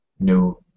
new